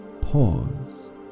Pause